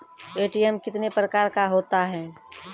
ATM कितने प्रकार का होता हैं?